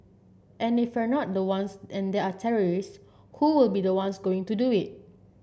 and if we're not the ones and there are terrorist who will be the ones going to do it